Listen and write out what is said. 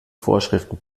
vorschriften